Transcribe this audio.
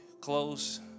close